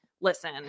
Listen